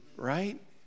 Right